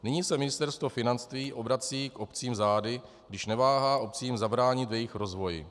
Nyní se Ministerstvo financí obrací k obcím zády, když neváhá obcím zabránit v jejich rozvoji.